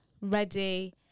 Ready